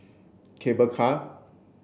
Cable Car